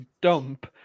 dump